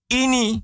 ini